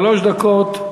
שלוש דקות.